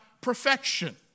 perfection